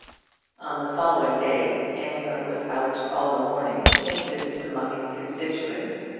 on the following day aylmer was out all the morning, paying visits among his constituents,